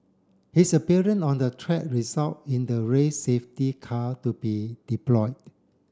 his appearance on the track result in the race safety car to be deployed